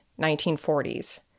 1940s